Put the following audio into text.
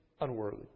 unworthy